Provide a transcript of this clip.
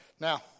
Now